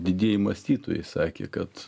didieji mąstytojai sakė kad